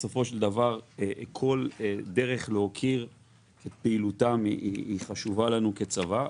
כל דרך להוקיר את פעילותם חשובה לנו כצבא,